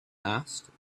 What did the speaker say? asked